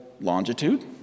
longitude